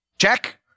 Check